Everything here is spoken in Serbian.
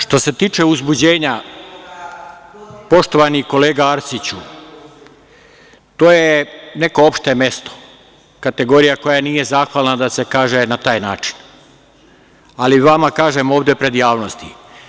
Što se tiče uzbuđenja, poštovani kolega Arsiću, to je neko opšte mesto, kategorija koja nije zahvalna da se kaže na taj način, ali vama kažem ovde pred javnosti.